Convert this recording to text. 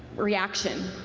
reaction.